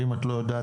ואם את לא יודעת,